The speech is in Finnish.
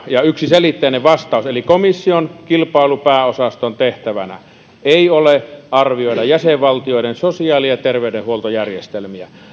ja yksiselitteinen vastaus eli komission kilpailun pääosaston tehtävänä ei ole arvioida jäsenvaltioiden sosiaali ja terveydenhuoltojärjestelmiä